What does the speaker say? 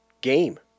game